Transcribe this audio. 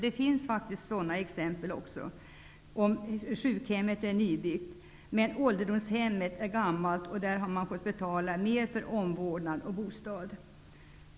Detta kan vara fallet om sjukhemmet är nybyggt, medan ålderdomshemmet är gammalt men där man ändå får betala mer för omvårdnad och bostad.